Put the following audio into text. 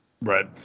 Right